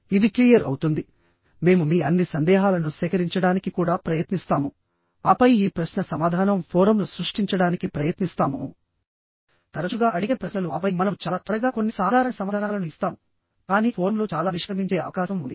ఇది క్లియర్ అవుతుంది మేము మీ అన్ని సందేహాలను సేకరించడానికి కూడా ప్రయత్నిస్తాము ఆపై ఈ ప్రశ్న సమాధానం ఫోరమ్ను సృష్టించడానికి ప్రయత్నిస్తాము తరచుగా అడిగే ప్రశ్నలు ఆపై మనము చాలా త్వరగా కొన్ని సాధారణ సమాధానాలను ఇస్తాము కానీ ఫోరమ్లు చాలా నిష్క్రమించే అవకాశం ఉంది